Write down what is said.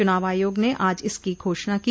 चुनाव आयोग ने आज इसकी घोषणा की